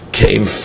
came